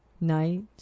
night